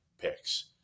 picks